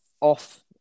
off